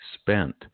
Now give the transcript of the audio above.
spent